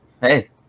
hey